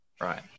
right